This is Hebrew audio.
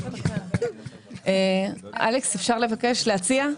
אם אפשר להציע,